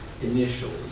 initially